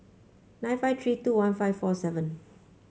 nine five three two one five four seven